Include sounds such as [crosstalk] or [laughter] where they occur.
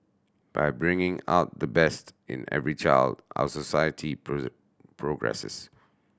by bringing out the best in every child our society [unintelligible] progresses